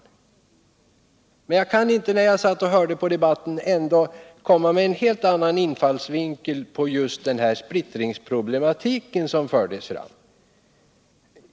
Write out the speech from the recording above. Efter att ha hört debatten kan jag inte underlåta att komma med en helt annan infallsvinkel när det gäller splittringsproblematiken.